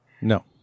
No